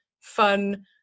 fun